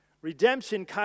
Redemption